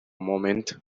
moment